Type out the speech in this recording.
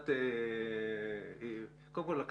קודם כל,